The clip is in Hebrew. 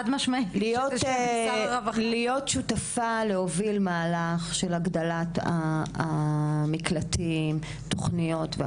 להיות שותפה להוביל מהלך של הגדלת המקלטים והתוכניות.